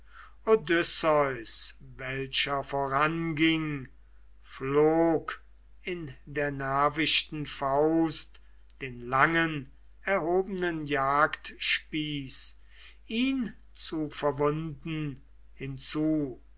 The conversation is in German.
welcher voranging flog in der nervichten faust den langen erhobenen jagdspieß ihn zu verwunden hinzu